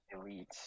Elite